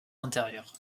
intérieure